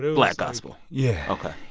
black gospel? yeah ok.